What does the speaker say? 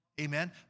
Amen